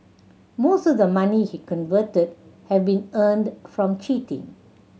most of the money he converted had been earned from cheating